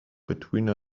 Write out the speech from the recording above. between